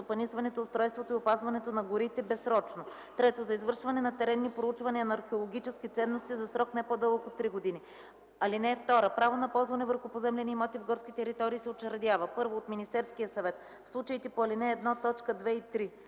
стопанисването, устройството и опазването на горите – безсрочно; 3. за извършване на теренни проучвания на археологически ценности – за срок, не по-дълъг от 3 години. (2) Право на ползване върху поземлени имоти в горски територии се учредява: 1. от Министерския съвет – в случаите по ал. 1, т. 2 и 3,